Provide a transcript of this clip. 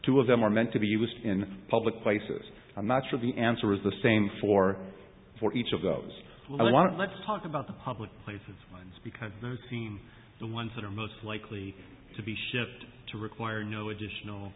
two of them are meant to be used in public places i'm not sure the answer is the same for for each of those i want let's talk about the public places ones because those seem the ones that are most likely to be shipped to require no additional